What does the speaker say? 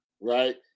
right